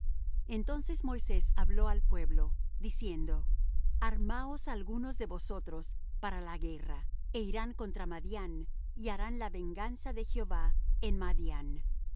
entonces moisés habló al pueblo diciendo armaos algunos de vosotros para la guerra é irán contra madián y harán la venganza de jehová en madián